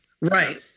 right